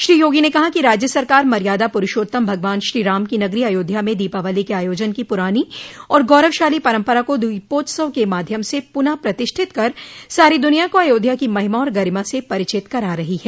श्री योगी ने कहा कि राज्य सरकार मर्यादा पुरूषोत्तम भगवान श्रीराम की नगरी अयोध्या में दीपावली क आयोजन की पुरानी और गौरवशाली परम्परा को दीपोत्सव के माध्यम से पूनः प्रतिष्ठित कर सारी दुनिया को अयोध्या की महिमा और गरिमा से परिचित करा रही है